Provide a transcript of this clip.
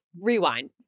rewind